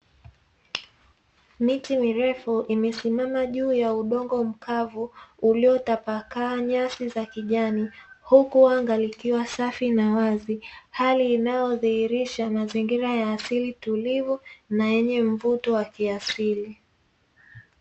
Miti mirefu imesimama juu ya udongo mkavu uliotapakaa nyasi za kijani, huku anga likiwa safi na wazi hali inayodhihirisha mazingira ya asili tulivu na yenye mvuto wa kiasili.